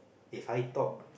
If I talk